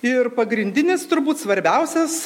ir pagrindinis turbūt svarbiausias